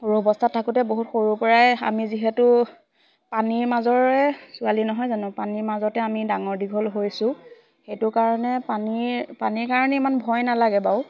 সৰু অৱস্থাত থাকোঁতে বহুত সৰুৰ পৰাই আমি যিহেতু পানীৰ মাজৰেৰে ছোৱালী নহয় জানো পানীৰ মাজতে আমি ডাঙৰ দীঘল হৈছোঁ সেইটো কাৰণে পানীৰ পানীৰ কাৰণে ইমান ভয় নালাগে বাও